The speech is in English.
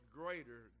greater